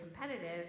competitive